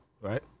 right